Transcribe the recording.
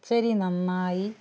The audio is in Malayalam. പച്ചരി നന്നായി